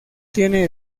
tiene